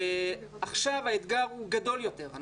עכשיו האתגר הוא גדול יותר.